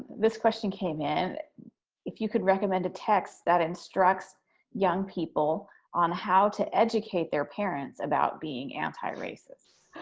this question came in if you could recommend a text that instructs young people on how to educate their parents about being anti-racist.